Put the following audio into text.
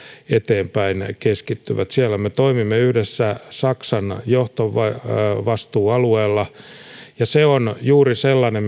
eteenpäin keskittyvät siellä me toimimme yhdessä saksan johtovastuualueella se on juuri sellainen